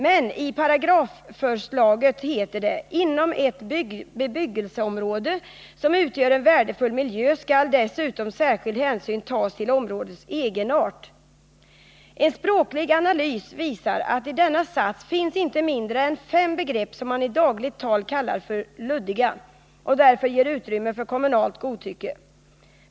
Men i paragrafförslaget heter det: ”inom ett bebyggelseområde som utgör en värdefull miljö skall dessutom särskild hänsyn tas till områdets egenart.” En språklig analys visar att i denna sats finns inte mindre än fem begrepp som man i dagligt tal kallar för luddiga och som därför ger utrymme för kommunalt godtycke.